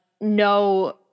no